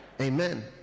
Amen